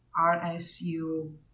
RSU